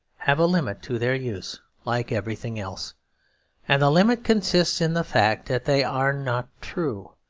have a limit to their use like everything else and the limit consists in the fact that they are not true,